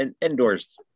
indoors